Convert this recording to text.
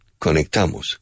Conectamos